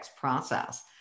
process